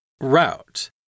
route